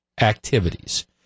activities